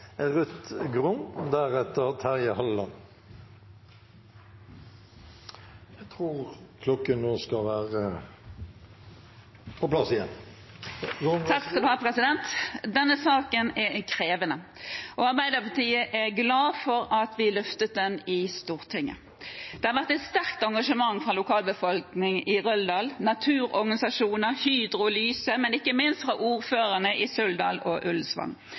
Denne saken er krevende, og Arbeiderpartiet er glad for at vi løftet den i Stortinget. Det har vært et sterkt engasjement fra lokalbefolkningen i Røldal, naturorganisasjoner, Hydro og Lyse, men ikke minst fra ordførerne i Suldal og